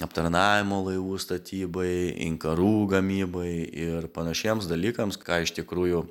aptarnavimo laivų statybai inkarų gamybai ir panašiems dalykams ką iš tikrųjų